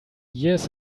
years